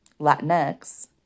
Latinx